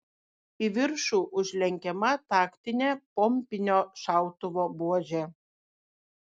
į viršų užlenkiama taktinė pompinio šautuvo buožė